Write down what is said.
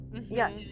Yes